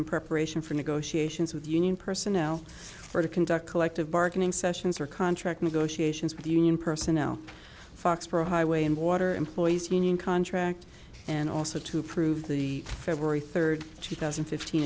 in preparation for negotiations with the union personnel for the conduct collective bargaining sessions or contract negotiations with the union personnel foxborough highway and water employees union contract and also to approve the february third two thousand and fifteen